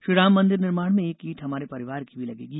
श्रीराम मंदिर निर्माण में एक ईंट हमारे परिवार की भी लगेगी